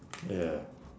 ya